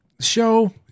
show